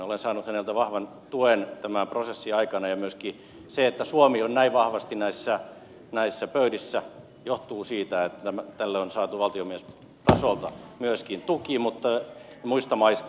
olen saanut häneltä vahvan tuen tämän prosessin aikana ja myöskin se että suomi on näin vahvasti näissä pöydissä johtuu siitä että tälle on saatu valtiomiestasolta myöskin tuki muista maista